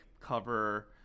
cover